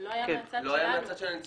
אבל לא היה מהצד שלנו.